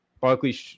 Barkley